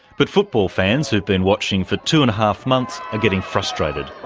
but football fans who have been watching for two and a half months are getting frustrated.